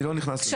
אני לא נכנס לזה.